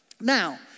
Now